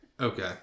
Okay